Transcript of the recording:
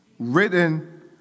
written